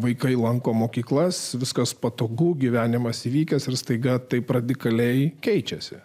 vaikai lanko mokyklas viskas patogu gyvenimas įvykęs ir staiga taip radikaliai keičiasi